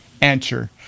Answer